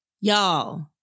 Y'all